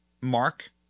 mark